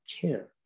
care